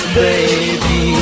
baby